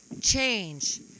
change